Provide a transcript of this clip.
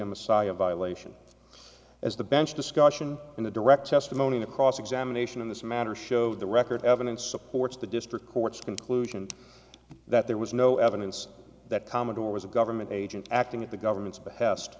a messiah violation as the bench discussion in the direct testimony the cross examination of this matter showed the record evidence supports the district court's conclusion that there was no evidence that commodore was a government agent acting at the government's behest